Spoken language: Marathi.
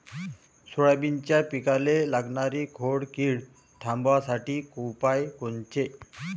सोयाबीनच्या पिकाले लागनारी खोड किड थांबवासाठी उपाय कोनचे?